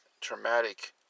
traumatic